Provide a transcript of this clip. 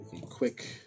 Quick